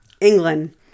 England-